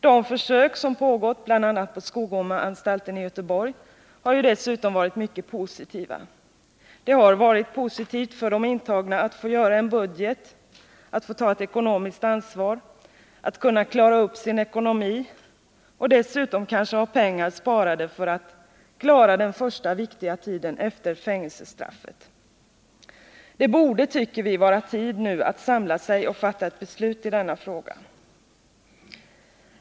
De försök som pågått bl.a. på Skogomeanstalten i Göteborg har dessutom varit mycket positiva. Det har varit positivt för de intagna att få göra en budget, att få ta ett ekonomiskt ansvar, att kunna klara upp sin ekonomi och dessutom ha pengar sparade för att klara den första, viktiga tiden efter fängelsestraffet. Det borde, tycker vi, vara tid nu att samla sig och fatta ett beslut i denna fråga.